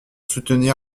soutenir